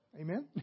Amen